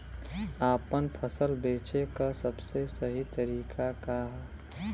आपन फसल बेचे क सबसे सही तरीका का ह?